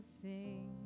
sing